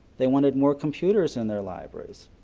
they wanted more computers in their libraries.